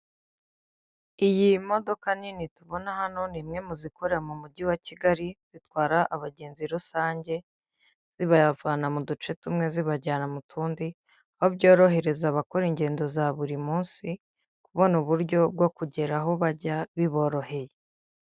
Iyi modoka nini tubona hano ni imwe mu zikorera mu mujyi wa kigali zitwara abagenzi rusange zibavana mu duce tumwe zibajyana mu tundi, aho byorohereza abakora ingendo za buri munsi kubona uburyo bwo kugera aho bajya biboroheye.